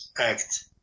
act